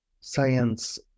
science